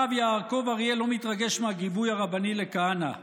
הרב יעקב אריאל לא מתרגש מהגיבוי הרבני לכהנא: